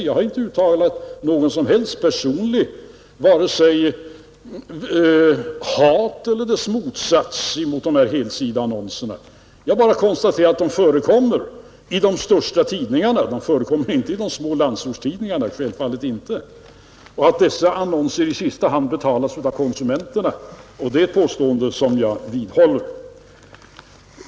Jag har inte uttalat någon som helst personlig åsikt, vare sig hat eller dess motsats, om de här helsidesannonserna, Jag har bara konstaterat att dessa annonser förekommer i de största tidningarna men självfallet inte i de små landsortstidningarna och att de i sista hand betalas av konsumenterna, och det är ett påstående som jag vidhåller.